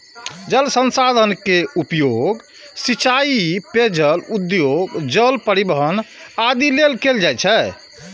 जल संसाधन के उपयोग सिंचाइ, पेयजल, उद्योग, जल परिवहन आदि लेल कैल जाइ छै